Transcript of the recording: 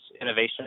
innovation